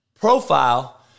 profile